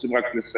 רוצים רק לסייע.